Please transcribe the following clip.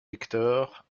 lecteur